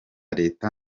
leta